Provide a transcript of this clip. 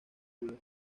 video